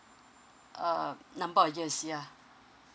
uh number of years ya